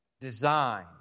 design